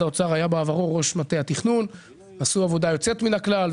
האוצר היה בעברו ראש מטה התכנון - עשו עבודה יוצאת מן הכלל.